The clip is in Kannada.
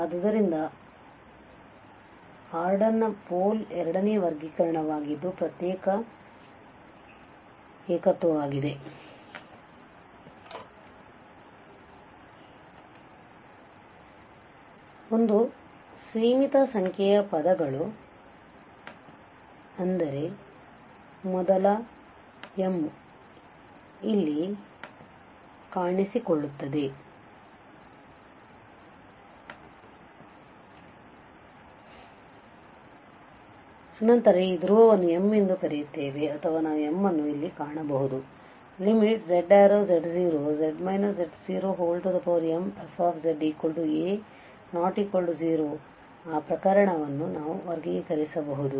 ಆದ್ದರಿಂದ ಆರ್ಡರ್ m ಪೋಲ್ ಎರಡನೇ ವರ್ಗೀಕರಣವಾಗಿದ್ದು ಪ್ರತ್ಯೇಕಿತ ಏಕತ್ವ ಆಗಿದೆ ಒಂದು ಸೀಮಿತ ಸಂಖ್ಯೆಯ ಪದಗಳು ಅಂದರೆ ಮೊದಲು m ಅಲ್ಲಿ ಕಾಣಿಸಿಕೊಳ್ಳುತ್ತದೆ ನಂತರ ಈ ಧ್ರುವವನ್ನು m ಎಂದು ಕರೆಯುತ್ತೇವೆ ಅಥವಾ ನಾವು m ಅನ್ನು ಇಲ್ಲಿ ಕಾಣಬಹುದು z→z0z z0mfzA≠0 ಆ ಪ್ರಕರಣವನ್ನು ನಾವು ವರ್ಗೀಕರಿಸಬಹುದು